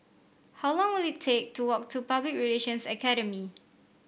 how long will it take to walk to Public Relations Academy